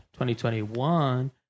2021